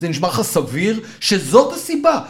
זה נשמע לך סביר שזאת הסיבה